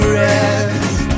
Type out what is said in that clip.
rest